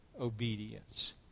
obedience